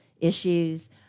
issues